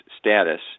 status